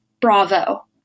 bravo